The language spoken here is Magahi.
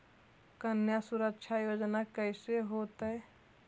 कन्या सुरक्षा योजना कैसे होतै?